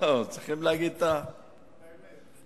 צריך להגיד את, את האמת.